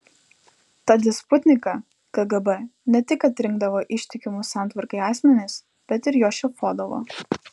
tad į sputniką kgb ne tik atrinkdavo ištikimus santvarkai asmenis bet ir juos šefuodavo